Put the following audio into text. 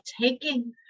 taking